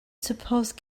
suppose